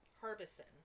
Harbison